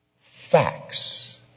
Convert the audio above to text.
facts